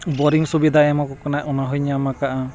boring ᱥᱩᱵᱤᱫᱷᱟᱭ ᱮᱢᱟ ᱠᱚ ᱠᱟᱱᱟᱭ ᱚᱱᱟ ᱦᱚᱸᱧ ᱧᱟᱢ ᱠᱟᱜᱼᱟ